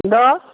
എന്തോ